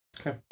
Okay